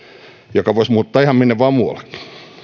joka voisi muuttaa ihan minne vain muuallekin